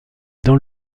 dans